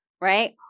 Right